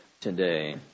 today